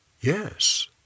yes